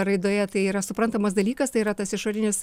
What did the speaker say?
raidoje tai yra suprantamas dalykas tai yra tas išorinis